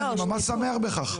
אני ממש שמח בכך,